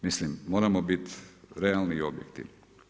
Mislim moramo bit realni i objektivni.